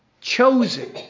Chosen